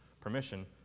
permission